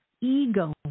ego